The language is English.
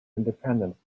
independence